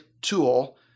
tool